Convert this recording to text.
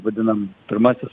vadinam pirmasis